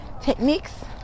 techniques